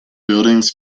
buildings